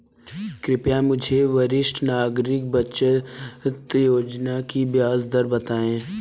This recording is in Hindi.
कृपया मुझे वरिष्ठ नागरिक बचत योजना की ब्याज दर बताएं?